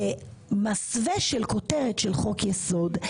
במסווה של כותרת של חוק יסוד,